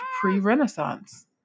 pre-Renaissance